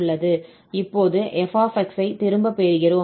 இப்போது f ஐ திரும்ப பெறுகிறோம்